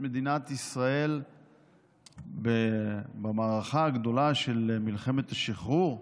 מדינת ישראל במערכה הגדולה של מלחמת השחרור.